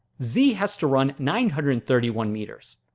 z has to run nine hundred and thirty one meters.